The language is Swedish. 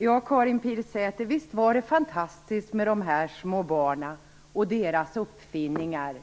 Fru talman! Ja, visst var det fantastiskt med de små barnen och deras uppfinningar